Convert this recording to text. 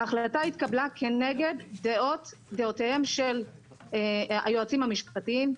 ההחלטה התקבלה כנגד דעותיהם של היועצים המשפטיים,